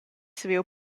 saviu